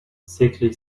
sickly